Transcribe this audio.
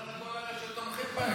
לך לכל אלה שתומכים בהם.